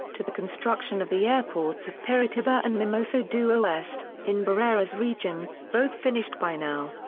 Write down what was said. to the construction of the airports of piritiba and mimoso do oeste, in barreiras region, both finished by now.